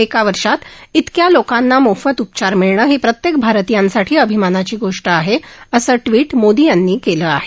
एका वर्षात इतक्या लोकांना मोफत उपचार मिळणं ही प्रत्येक भारतीयांसाठी अभिमानाची गोष्ट आहे असं ट्विट मोदी यांनी केलं आहे